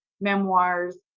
memoirs